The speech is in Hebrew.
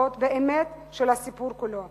החשובות באמת של הסיפור כולו?